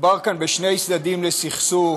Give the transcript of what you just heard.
מדובר כאן בשני צדדים לסכסוך,